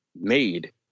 made